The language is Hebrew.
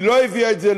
היא לא הביאה את זה,